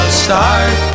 start